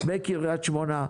בקריית שמונה,